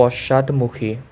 পশ্চাদমুখী